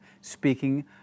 speaking